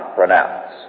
pronounce